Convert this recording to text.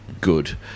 Good